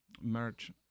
merch